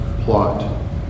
plot